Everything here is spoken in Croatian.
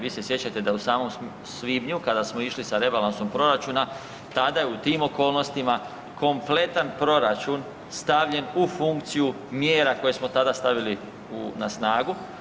Vi se sjećate da u samom svibnju kada smo išli sa rebalansom proračuna, tada je u tim okolnostima kompletan proračun stavljen u funkciju mjera koje smo tada stavili na snagu.